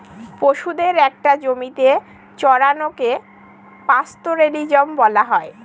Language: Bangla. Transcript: পশুদের একটা জমিতে চড়ানোকে পাস্তোরেলিজম বলা হয়